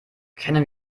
kennen